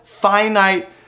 finite